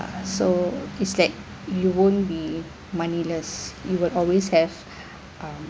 so is that you won't be moneyless you will always have um